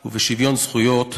ובשוויון זכויות,